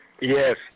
Yes